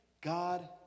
God